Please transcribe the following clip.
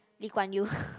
Lee Kuan Yew